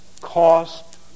cost